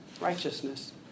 righteousness